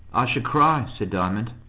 i should, cry said diamond.